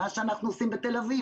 מה שאנחנו עושים בתל אביב,